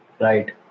Right